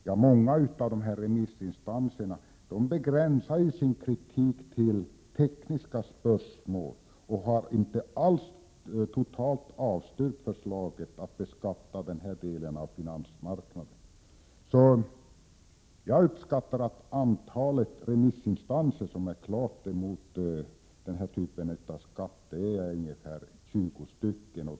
Ja, många av 31 maj 1988 dem begränsar sin kritik till tekniska spörsmål men har inte alls avstyrkt hela Andringar i lagen om förslaget att beskatta finansmarknaden. 3 Z E : ES a - skatt på omsättning av Jag uppskattar att antalet remissinstanser som är klart emot den här typen 2 s vissa värdepapper av skatt är ungefär 20.